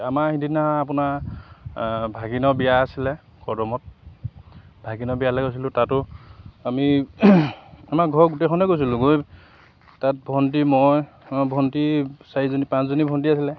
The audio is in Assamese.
আমাৰ সিদিনা আপোনাৰ ভাগিনৰ বিয়া আছিলে কদমত ভাগিনৰ বিয়ালৈ গৈছিলোঁ তাতো আমি আমাৰ ঘৰ গোটেইখনে গৈছিলোঁ গৈ তাত ভণ্টী মই আমাৰ ভণ্টী চাৰিজনী পাঁচজনী ভণ্টী আছিলে